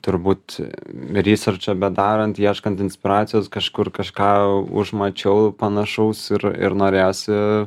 turbūt ryserčą bedarant ieškant inspiracijos kažkur kažką užmačiau panašaus ir ir norėjosi